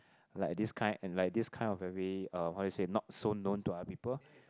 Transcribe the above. like this kind and like this kind of very uh how we say not so known to other people